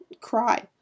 cry